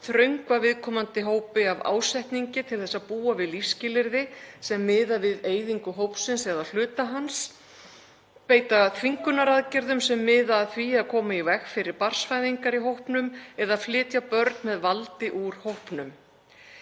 þröngva viðkomandi hópi af ásetningi til þess að búa við lífsskilyrði sem miða að eyðingu hópsins eða hluta hans, beita þvingunaraðgerðum sem miða að því að koma í veg fyrir barnsfæðingar í hópnum eða flytja börn með valdi úr hópnum.